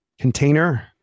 container